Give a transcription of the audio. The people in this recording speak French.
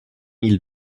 mille